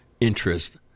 interest